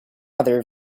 other